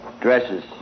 dresses